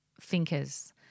thinkers